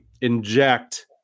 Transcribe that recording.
inject